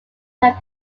had